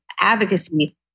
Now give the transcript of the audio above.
advocacy